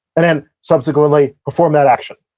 and then subsequently perform that action